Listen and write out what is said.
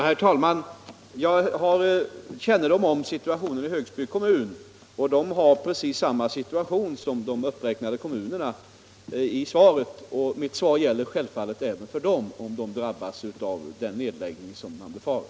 Herr talman! Jag har kännedom om situationen i Högsby kommun, samma situation som i de i mitt svar uppräknade kommunerna. Mitt svar gäller självfallet även för denna kommun, om den drabbas av en sådan nedläggning som man befarar.